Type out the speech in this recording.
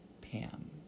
Pam